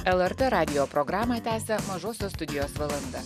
lrt radijo programa tęsia mažosios studijos valanda